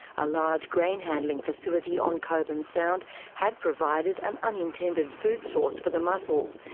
a large grain handling facility on coburn sound had provided an unintended food source for the mussels,